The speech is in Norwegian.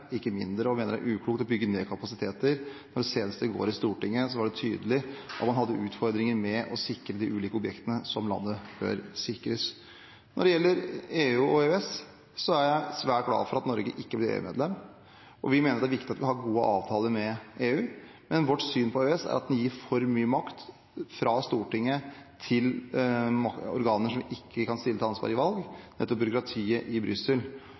ikke mindre. Vi mener det er uklokt å bygge ned kapasiteten når det senest i går i Stortinget var tydelig at man hadde utfordringer med å sikre de ulike objektene som landet bør sikre. Når det gjelder EU og EØS, er jeg svært glad for at Norge ikke ble EU-medlem. Vi mener det er viktig at vi har gode avtaler med EU, men vårt syn på EØS er at det gir for mye makt fra Stortinget til organer som vi ikke kan stille til ansvar ved valg – nettopp byråkratiet i Brussel.